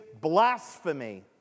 blasphemy